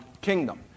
kingdom